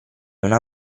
una